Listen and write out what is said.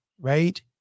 Right